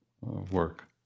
work